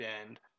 end